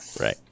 Right